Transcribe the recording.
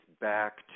back